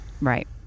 Right